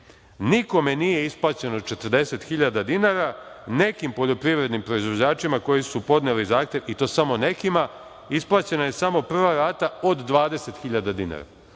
Nikome nije isplaćeno 40.000 dinara. Nekim poljoprivrednim proizvođačima koji su podneli zahtev, i to samo nekima, isplaćena je samo prva rata od 20.000 dinara.